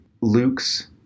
Luke's